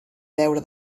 veure